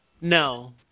No